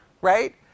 right